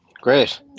Great